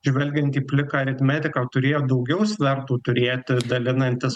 žvelgiant į pliką aritmetiką turėjo daugiau svertų turėti dalinantis